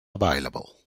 available